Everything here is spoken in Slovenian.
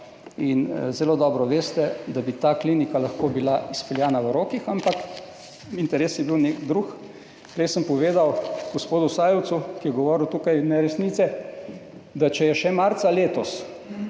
zelo dobro veste, da bi lahko bila ta klinika izpeljana v rokih, ampak interes je bil nek drug. Prej sem povedal gospodu Sajovicu, ki je tukaj govoril neresnice, da če je še marca letos